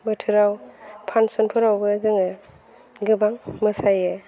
बोथोराव फांसनफोरावबो जोङो गोबां मोसायो